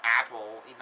Apple